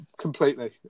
Completely